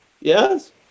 Yes